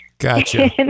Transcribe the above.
Gotcha